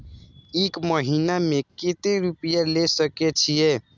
एक महीना में केते रूपया ले सके छिए?